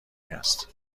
است